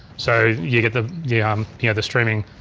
so you get the yeah um you know the streaming.